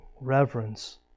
reverence